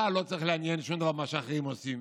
אותך לא צריך לעניין שום דבר ממה שאחרים עושים.